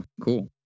cool